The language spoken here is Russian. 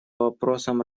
вопросам